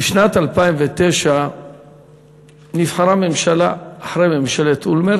בשנת 2009 נבחרה ממשלה אחרי ממשלת אולמרט